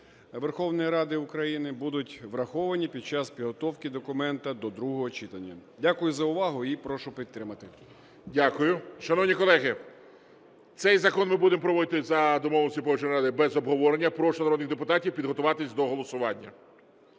Верховної Ради України будуть враховані під час підготовки документа до другого читання. Дякую за увагу. І прошу підтримати. ГОЛОВУЮЧИЙ. Дякую. Шановні колеги, цей закон ми будемо проводити за домовленістю Погоджувальної ради без обговорення. Прошу народних депутатів підготуватися до голосування.